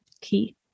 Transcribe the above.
key